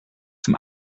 zum